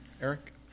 Eric